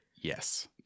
yes